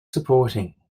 supporting